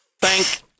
Thank